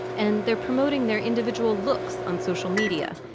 and they're promoting their individual looks on social media.